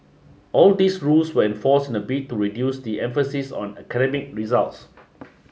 all these rules were enforced in a bid to reduce the emphasis on academic results